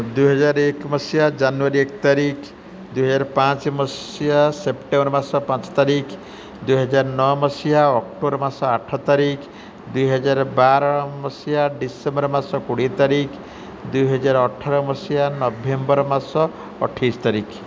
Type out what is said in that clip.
ଦୁଇହଜାର ଏକ ମସିହା ଜାନୁଆରୀ ଏକ ତାରିଖ ଦୁଇହଜାର ପାଞ୍ଚ ମସିହା ସେପ୍ଟେମ୍ବର ମାସ ପାଞ୍ଚ ତାରିଖ ଦୁଇହଜାର ନଅ ମସିହା ଅକ୍ଟୋବର ମାସ ଆଠ ତାରିଖ ଦୁଇହଜାର ବାର ମସିହା ଡିସେମ୍ବର ମାସ କୋଡ଼ିଏ ତାରିଖ ଦୁଇହଜାର ଅଠର ମସିହା ନଭେମ୍ବର ମାସ ଅଠେଇଶ ତାରିଖ